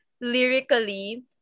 lyrically